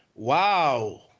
wow